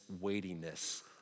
weightiness